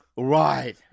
Right